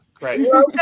Right